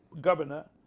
governor